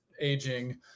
aging